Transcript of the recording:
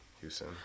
Houston